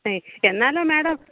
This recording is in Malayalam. എന്നാലും മേഡം